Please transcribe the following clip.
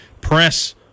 press